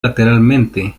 lateralmente